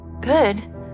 Good